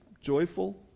joyful